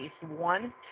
One